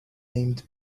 named